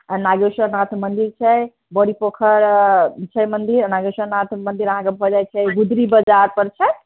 नागेश्वर नाथ मन्दिर छै बड़ी पोखरि आ छै मन्दिर नागेश्वर नाथ मन्दिर अहाँकेँ भऽ जाइत छै गुदरी बजार पर छै